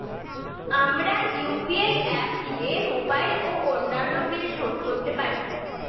আমরা UPI app দিয়ে mobile ও অন্যান্য বিল শোধ করতে পারি